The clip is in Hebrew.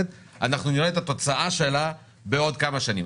אנחנו נראה את התוצאה שלה בעוד כמה שנים,